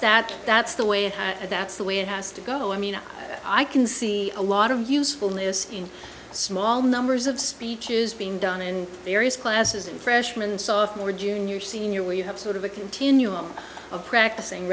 but that's the way that's the way it has to go i mean i can see a lot of usefulness in small numbers of speeches being done in various classes in freshman sophomore junior senior where you have sort of a continuum of practicing